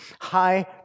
high